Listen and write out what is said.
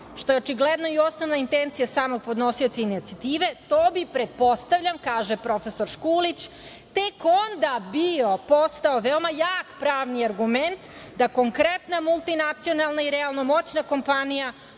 što je očigledno, i osnovna intencija samog podnosioca inicijative, to bi pretpostavljam, kaže profesor Škulić, tek onda bio, postao, veoma jak pravni argument da konkretna multinacionalna i realno, moćna kompanija